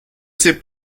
sais